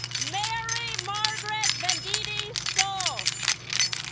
mary margaret venditti stoll